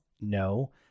No